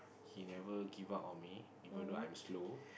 he never give up on me even though I'm slow